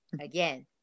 Again